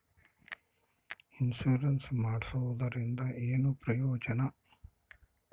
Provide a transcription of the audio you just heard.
Insurance ಮಾಡ್ಸೋದರಿಂದ ಏನು ಪ್ರಯೋಜನ?